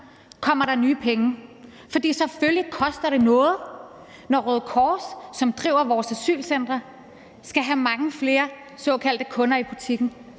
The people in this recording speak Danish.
Kommer der nye penge? For selvfølgelig koster det noget, når Røde Kors, som driver vores asylcentre, skal have mange flere såkaldte kunder i butikken.